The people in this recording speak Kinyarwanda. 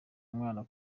umwana